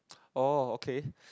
oh okay